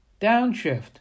Downshift